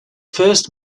first